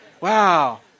Wow